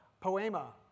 poema